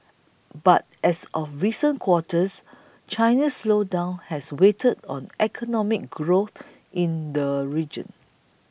but as of recent quarters China's slowdown has weighed on economic growth in the region